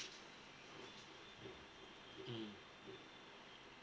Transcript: mm